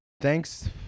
Thanks